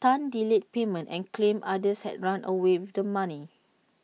Tan delayed payment and claimed others had run away with the money